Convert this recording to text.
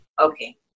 okay